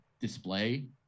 display